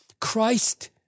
Christ